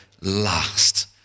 last